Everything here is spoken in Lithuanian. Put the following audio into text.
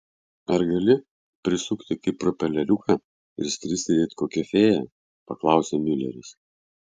ar gali prisukti kaip propeleriuką ir skristi it kokia fėja paklausė miuleris